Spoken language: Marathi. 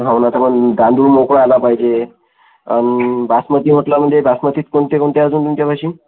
हो ना तर मग तांदुळ मोकळा आला पाहिजे आणि बासमती म्हटला म्हणजे बासमतीत कोणते कोणते अजून तुमच्यापाशी